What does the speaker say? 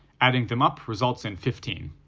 adding them up results in fifteen.